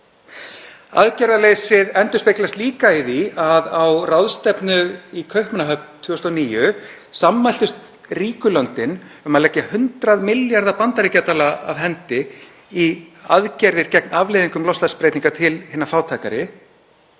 Aðgerðaleysið endurspeglast líka í því að á ráðstefnu í Kaupmannahöfn 2009 sammæltust ríku löndin um að leggja 100 milljarða bandaríkjadala af hendi í aðgerðir gegn afleiðingum loftslagsbreytinga til hinna fátækari.